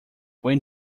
when